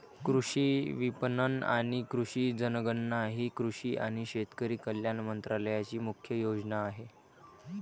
कृषी विपणन आणि कृषी जनगणना ही कृषी आणि शेतकरी कल्याण मंत्रालयाची मुख्य योजना आहे